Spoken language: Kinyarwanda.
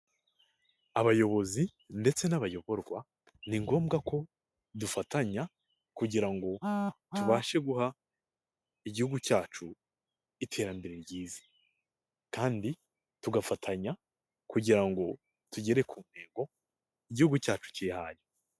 Abayobozi ndetse n'abayoborwa ni ngombwa ko dufatanya kugira ngo tubashe guha igihugu cyacu iterambere ryiza. Kandi tugafatanya kugira ngo tugere ku ntego igihugu cyacu cyihaye.